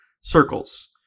circles